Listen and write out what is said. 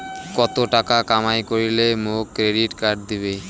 কত টাকা কামাই করিলে মোক ক্রেডিট কার্ড দিবে?